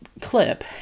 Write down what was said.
clip